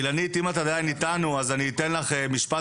אילנית, אני אדבר גם עם שר הספורט